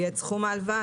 תחום ההלוואה,